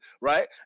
right